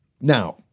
Now